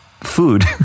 food